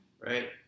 Right